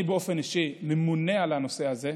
אני באופן אישי ממונה על הנושא הזה,